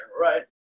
right